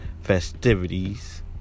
festivities